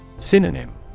Synonym